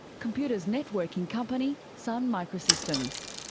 computers networking company, sun microsystems.